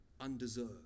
undeserved